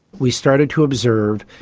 we started to observe